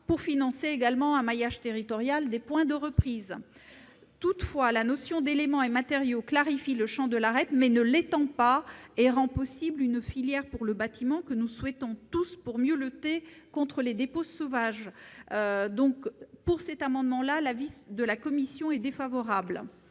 pour financer un maillage territorial des points de reprise. En résumé, la notion d'éléments et matériaux clarifie le champ de la REP, mais ne l'étend pas, et rend possible une filière pour le bâtiment que nous souhaitons tous pour mieux lutter contre les dépôts sauvages. L'avis est donc défavorable